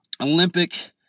Olympic